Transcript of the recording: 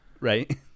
right